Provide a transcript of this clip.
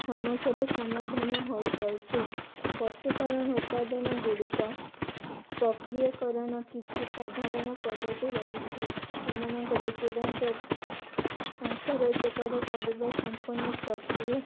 ସମସ୍ୟାରେ ସମାଧାନ ହୋଇପାରୁଛି ପଶୁପାଳନ ଉପାଦାନଗୁଡ଼ିକ ପ୍ରକ୍ରିୟାକରଣ କିଛି ସାଧାରଣ ପଦ୍ଧତି ରହିଛି ସେମାନଙ୍କର ଚୂଡ଼ାନ୍ତ ଟଙ୍କା ରୋଜଗାର କରିବା ସମ୍ପୂର୍ଣ୍ଣ ପ୍ରକ୍ରିୟା